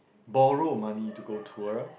borrow money to go tour